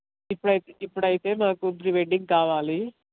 ఇప్పుడై ఇప్పుడైతే మాకు free wedding కావాలి